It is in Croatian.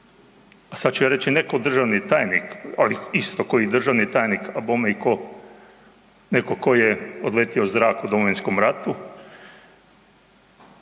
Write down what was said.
A sad ću ja reći ne ko državni tajnik, ali isto ko i državni tajnik a bome i ko neko ko je odletio u zrak u Domovinskom ratu,